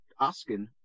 asking